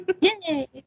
Yay